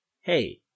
hey